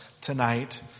tonight